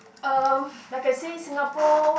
uh like I say Singapore